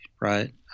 right